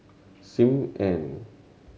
Sim Ann